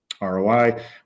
ROI